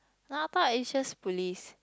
Napark is just police